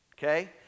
Okay